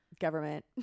government